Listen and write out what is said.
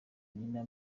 nina